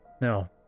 No